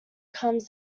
comes